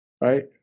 right